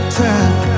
time